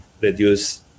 reduce